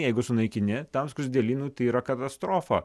jeigu sunaikini tam skruzdėlynui tai yra katastrofa